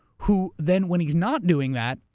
who then when he's not doing that,